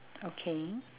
okay